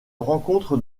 rencontre